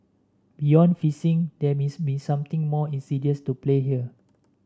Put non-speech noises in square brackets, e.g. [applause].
beyond phishing there [unintelligible] be something more insidious to play here